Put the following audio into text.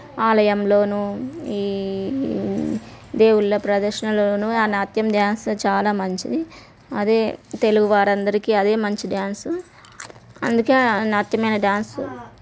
ఆలయంలోనూ ఈ దేవుళ్ళ ప్రదర్శనలోనూ ఆ నాట్యం డ్యాన్స్ చాలా మంచిది అదే తెలుగు వారందరికీ అదే మంచి డ్యాన్స్ అందుకే ఆ నాట్యమైన డ్యాన్స్